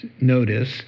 notice